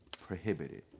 Prohibited